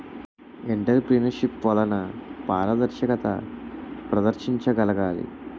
entrepreneurship వలన పారదర్శకత ప్రదర్శించగలగాలి